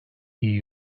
iyi